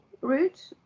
route